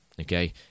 Okay